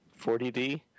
40D